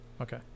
Okay